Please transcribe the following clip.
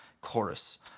chorus